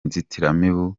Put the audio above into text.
inzitiramibu